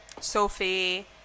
Sophie